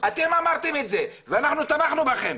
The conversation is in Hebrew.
אתם אמרתם את זה ואנחנו תמכנו בכם,